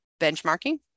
benchmarking